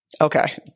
Okay